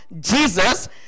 Jesus